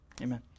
amen